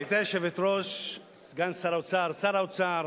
גברתי היושבת-ראש, סגן שר האוצר, שר האוצר,